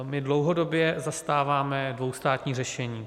My dlouhodobě zastáváme dvoustátní řešení.